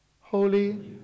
Holy